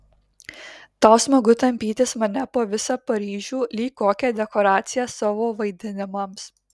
tau smagu tampytis mane po visą paryžių lyg kokią dekoraciją savo vaidinimams